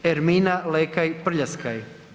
Ermina Lekaj Prljaskaj.